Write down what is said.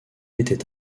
était